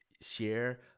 share